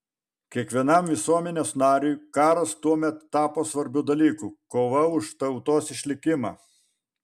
kiekvienam visuomenės nariui karas tuomet tapo svarbiu dalyku kova už tautos išlikimą